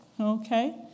Okay